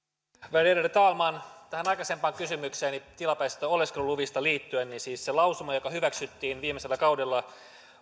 värderade talman tähän aikaisempaan kysymykseeni tilapäisistä oleskeluluvista liittyen se lausuma joka hyväksyttiin viime kaudella